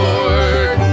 Lord